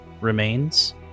remains